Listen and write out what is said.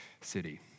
city